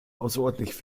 außerordentlich